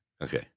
Okay